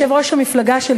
יושב-ראש המפלגה שלי,